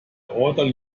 other